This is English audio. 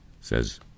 says